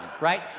right